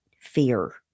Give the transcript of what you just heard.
fear